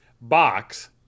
box